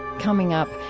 coming up,